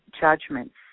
judgments